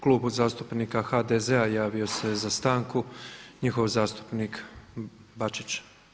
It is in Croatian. Klubu zastupnika HDZ javio se za stanku njihov zastupnik Bačić.